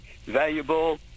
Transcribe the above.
valuable